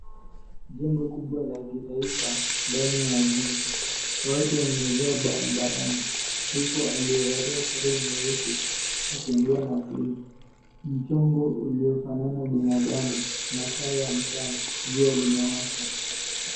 Jengo kubwa la kitaifa, ndani ya jiji. Watu wamejaa barabarani, mtu aliyevalia sare nyeusi akiongea na simu. Mchongo uliofanana binadamu. Masaa ya mchana. Jua limewaka.